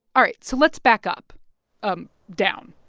all right. so let's back up um down.